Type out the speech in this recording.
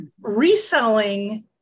reselling